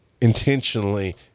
intentionally